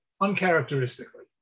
uncharacteristically